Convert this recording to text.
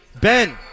Ben